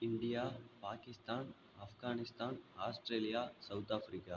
India Pakistan Afghanistan Australia South Africa